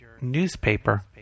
newspaper